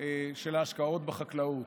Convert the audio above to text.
של ההשקעות בחקלאות.